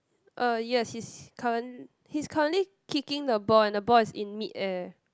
uh yes he's current he's currently kicking the ball and the ball is in mid air